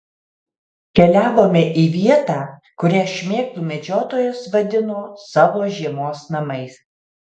keliavome į vietą kurią šmėklų medžiotojas vadino savo žiemos namais